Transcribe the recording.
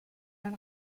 den